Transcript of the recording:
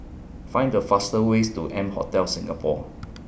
Find The faster ways to M Hotel Singapore